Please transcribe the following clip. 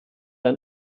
ein